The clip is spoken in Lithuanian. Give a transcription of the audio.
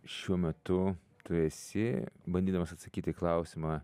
šiuo metu tu esi bandydamas atsakyti į klausimą